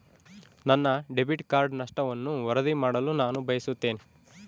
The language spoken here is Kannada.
ನನ್ನ ಡೆಬಿಟ್ ಕಾರ್ಡ್ ನಷ್ಟವನ್ನು ವರದಿ ಮಾಡಲು ನಾನು ಬಯಸುತ್ತೇನೆ